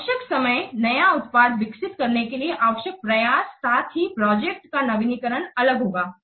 आवश्यक समय नया उत्पाद विकसित करने के लिए आवश्यक प्रयास साथ ही प्रोजेक्ट का नवीनीकरण अलग होगा